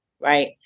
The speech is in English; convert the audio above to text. right